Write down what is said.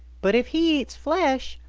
but if he eats flesh,